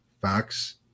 Facts